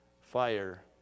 fire